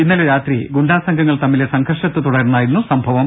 ഇന്നലെ രാത്രി ഗുണ്ടാ സംഘങ്ങൾ തമ്മിലെ സംഘർഷത്തെ തുടർന്നായിരുന്നു സംഭവം